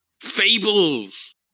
fables